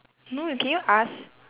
no you can you ask